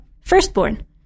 firstborn